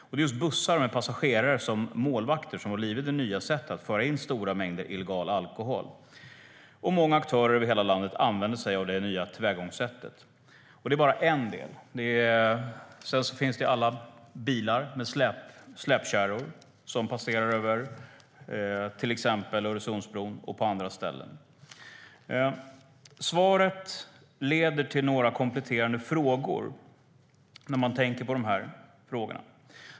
Det är just bussar med passagerare som målvakter som har blivit det nya sättet att föra in stora mängder illegal alkohol, och många aktörer över hela landet använder sig av det nya tillvägagångssättet. Det är bara en del. Sedan finns det också många bilar med släpkärror som passerar till exempel över Öresundsbron. Svaret leder till några kompletterande frågor.